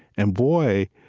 and, boy,